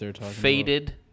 faded